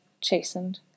chastened